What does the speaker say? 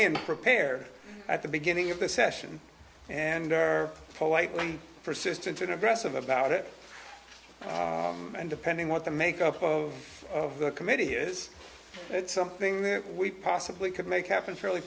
in prepare at the beginning of the session and are polite one persistent and aggressive about it and depending what the makeup of the committee is it's something that we possibly could make happen fairly